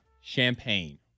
champagne